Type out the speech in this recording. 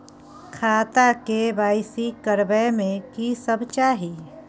खाता के के.वाई.सी करबै में की सब चाही?